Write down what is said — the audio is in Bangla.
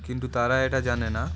কিন্তু তারা এটা জানে না